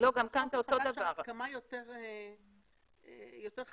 יותר חזקה.